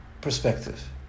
perspective